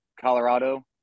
Colorado